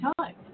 time